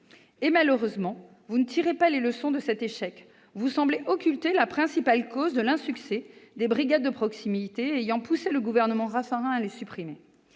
» Malheureusement, vous ne tirez pas les leçons de cet échec. Vous semblez occulter la principale cause de l'insuccès des brigades de proximité ayant poussé le gouvernement Raffarin à les supprimer.